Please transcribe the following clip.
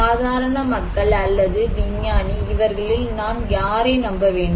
சாதாரண மக்கள் அல்லது விஞ்ஞானி இவர்களில் நான் யாரை நம்ப வேண்டும்